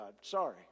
Sorry